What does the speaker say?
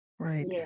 Right